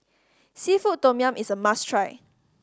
seafood tom yum is a must try